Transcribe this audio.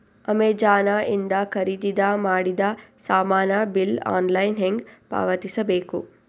Amazon ಇಂದ ಖರೀದಿದ ಮಾಡಿದ ಸಾಮಾನ ಬಿಲ್ ಆನ್ಲೈನ್ ಹೆಂಗ್ ಪಾವತಿಸ ಬೇಕು?